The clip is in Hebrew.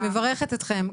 אני מברכת אתכם,